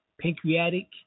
pancreatic